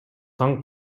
таң